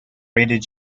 rated